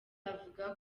avuga